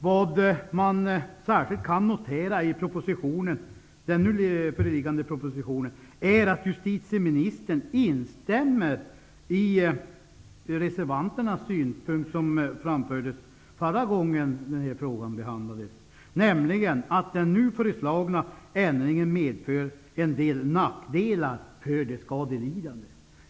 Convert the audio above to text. Vad man särskilt kan notera i den nu liggande propositionen är att justitieministern instämmer i reservanternas synpunkt som framfördes förra gången frågan behandlades, nämligen att den nu föreslagna ändringen medför en del nackdelar för de skadelidande.